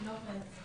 לא כרגע.